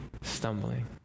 stumbling